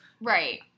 Right